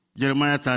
Jeremiah